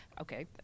Okay